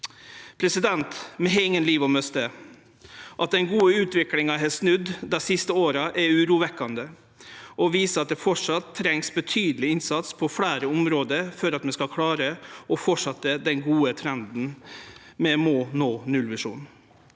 regjeringar. Vi har ingen liv å miste. At den gode utviklinga har snudd dei siste åra, er urovekkjande og viser at det framleis trengst betydeleg innsats på fleire område for at vi skal klare å fortsetje den gode trenden. Vi må nå nullvisjonen.